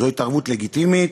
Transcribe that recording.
זו התערבות לגיטימית?